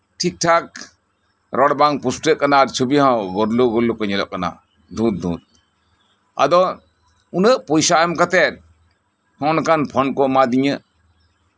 ᱴᱷᱤᱠ ᱴᱷᱟᱠ ᱨᱚᱲ ᱵᱟᱝ ᱯᱩᱥᱴᱟᱹᱜ ᱠᱟᱱᱟ ᱟᱨ ᱚᱱᱮ ᱪᱷᱚᱵᱤ ᱦᱚᱸ ᱜᱳᱱᱰᱳᱜᱳᱞ ᱜᱮᱠᱚ ᱧᱮᱞᱚᱜ ᱠᱟᱱᱟ ᱫᱷᱩᱸᱛ ᱫᱷᱩᱸᱛ ᱟᱫᱚ ᱩᱱᱟᱹᱜ ᱯᱚᱭᱥᱟ ᱮᱢ ᱠᱟᱛᱮᱫ ᱱᱚᱜᱼᱚ ᱱᱚᱝᱠᱟᱱ ᱯᱷᱳᱱ ᱠᱚ ᱮᱢᱟ ᱫᱤᱧᱟ